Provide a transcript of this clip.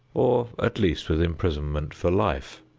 or at least with imprisonment for life.